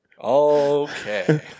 Okay